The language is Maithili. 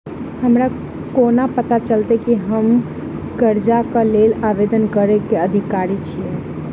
हमरा कोना पता चलतै की हम करजाक लेल आवेदन करै केँ अधिकारी छियै?